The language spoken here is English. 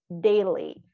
daily